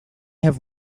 have